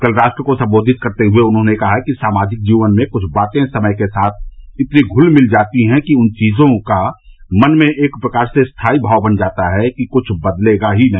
कल राष्ट्र को संबोधित करते हुए उन्होंने कहा कि सामाजिक जीवन में कुछ बाते समय के साथ इतनी घुल मिल जाती है कि उन चीजों का मन में एक प्रकार से स्थायी भाव बन जाता है कि कुछ बदलेगा ही नहीं